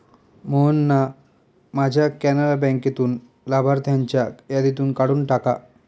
मोहनना माझ्या कॅनरा बँकेतून लाभार्थ्यांच्या यादीतून काढून टाका